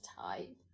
type